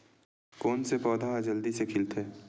कोन से पौधा ह जल्दी से खिलथे?